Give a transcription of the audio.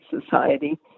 society